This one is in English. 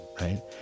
right